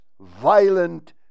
violent